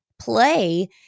play